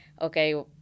okay